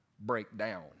breakdown